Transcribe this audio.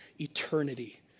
eternity